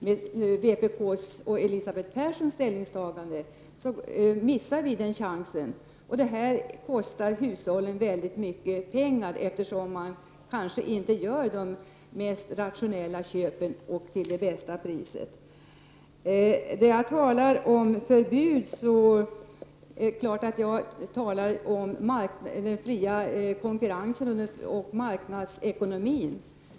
Med vpk:s och Elisabeth Perssons ställningstagande missar vi den chansen. Detta kostar hushållen mycket pengar, eftersom man kanske inte gör de mest rationella köpen till det bästa priset. När jag talar om förbud är det klart att jag avser den fria konkurrensen och marknadsekonomin.